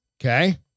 Okay